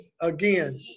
again